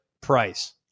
price